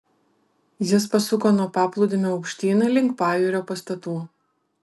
jis pasuko nuo paplūdimio aukštyn link pajūrio pastatų